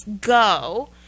go